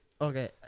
Okay